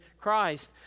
Christ